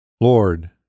Lord